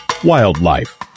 wildlife